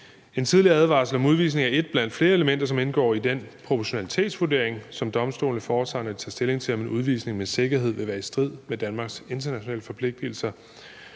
En tidligere advarsel om udvisning er et blandt flere elementer, som indgår i den proportionalitetsvurdering, som domstolene foretager, når de tager stilling til, om en udvisning med sikkerhed vil være i strid med Danmarks internationale forpligtigelser.